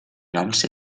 noms